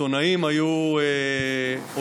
עיתונאים היו אויב,